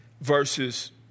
versus